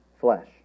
flesh